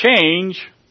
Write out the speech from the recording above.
change